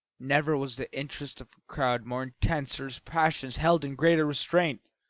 never was the interest of a crowd more intense or its passions held in greater restraint.